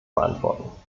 beantworten